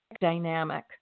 dynamic